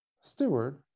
Steward